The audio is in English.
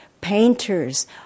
painters